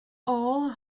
all